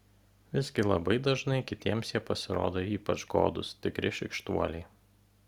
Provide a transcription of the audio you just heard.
visgi labai dažnai kitiems jie pasirodo ypač godūs tikri šykštuoliai